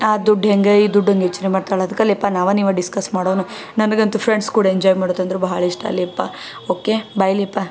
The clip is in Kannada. ಆ ದುಡ್ಡು ಹೇಗೆ ಈ ದುಡ್ಡನ್ನು ಯೋಚನೆ ಮಾಡ್ತಾಳೆ ಅದಕ್ಕೆ ಲೇ ಯಪ್ಪ ನಾವೂ ನೀವೂ ಡಿಸ್ಕಸ್ ಮಾಡೋಣ ನನ್ಗಂತೂ ಫ್ರೆಂಡ್ಸ್ ಕೂಡ ಎಂಜಾಯ್ ಮಾಡೋದಂದ್ರೆ ಭಾಳ್ ಇಷ್ಟಲೇ ಯಪ್ಪ ಓಕೆ ಬಾಯ್ ಲೇ ಯಪ್ಪ